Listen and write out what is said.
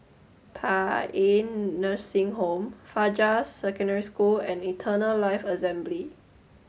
Paean Nursing Home Fajar Secondary School and Eternal Life Assembly